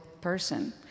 person